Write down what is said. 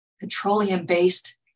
petroleum-based